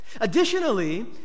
Additionally